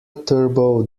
turbo